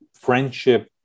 friendship